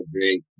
Great